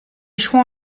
chouans